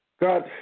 God